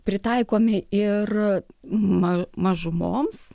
pritaikomi ir ma mažumoms